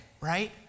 right